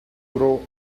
grow